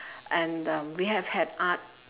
and um we have had art